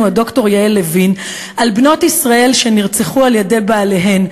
הד"ר יעל לוין על בנות ישראל שנרצחו על-ידי בעליהן,